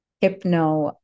hypno